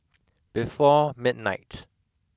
before midnight